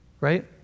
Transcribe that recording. Right